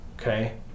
okay